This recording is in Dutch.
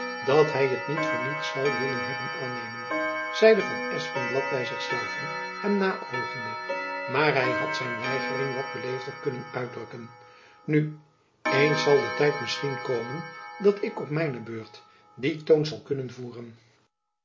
dat hy het niet voor niets zoû hebben willen aannemen zeide van espenblad by zich zelven hem naöogende maar hy had zijn weigering wat beleefder kunnen uitdrukken nu eens zal de tijd misschien komen dat ik op mijne beurt dien toon zal kunnen voeren